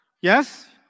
Yes